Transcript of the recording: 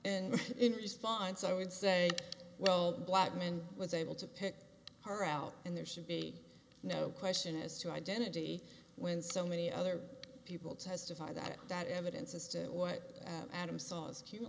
and in response i would say well blackman was able to pick her out and there should be no question as to identity when so many other people testify that that evidence as to what adam sa